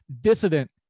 Dissident